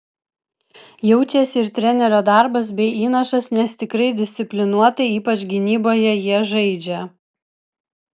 jaučiasi ir trenerio darbas bei įnašas nes tikrai disciplinuotai ypač gynyboje jie žaidžia